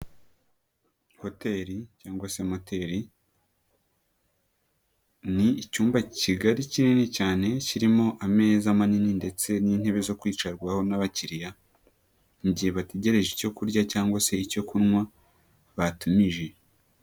Hoteri cyangwa se moteri ni icyumba kigari kinini cyane kirimo ameza manini ndetse n'intebe zo kwicarwaho n'abakiriya, mu gihe bategereje icyo kurya cyangwa se icyo kunywa batumije.